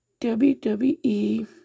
WWE